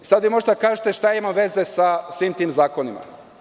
Sada vi možete da kažete šta to ima veze sa svim timzakonima.